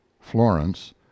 florence